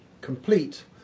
complete